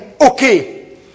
okay